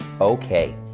Okay